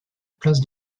place